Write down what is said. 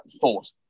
thought